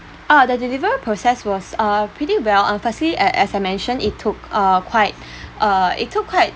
ah the delivery process was uh pretty well uh firstly uh uh as I mentioned it took uh quite uh it took quite